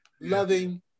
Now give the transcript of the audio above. loving